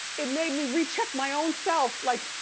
it made me recheck my own self, like,